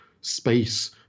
space